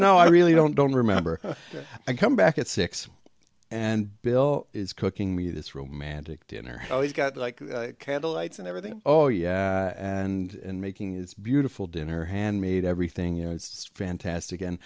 know i really don't don't remember i come back at six and bill is cooking me this romantic dinner oh he's got like cattle lights and everything oh yeah and making it's beautiful dinner handmade everything you know it's fantastic and